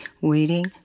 waiting